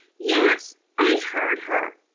yes, i heard her.